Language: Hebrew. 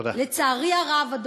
לצערי הרב,